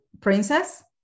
princess